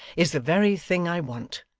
is the very thing i want.